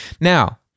Now